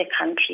country